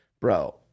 Bro